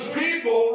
people